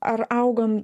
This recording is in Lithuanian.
ar auga